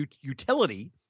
utility